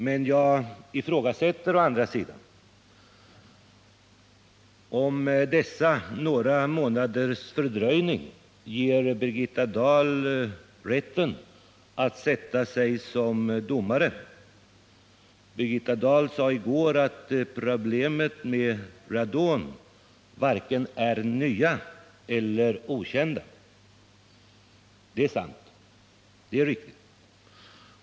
Men jag ifrågasätter å andra sidan om dessa några månaders fördröjning ger Birgitta Dahl rätt att sätta sig som domare. Birgitta Dahl sade i går att problemen med radon varken är nya eller okända. Det är sant.